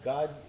God